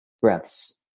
breaths